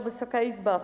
Wysoka Izbo!